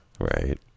Right